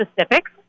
specifics